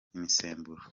imisemburo